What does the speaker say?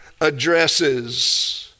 addresses